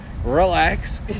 Relax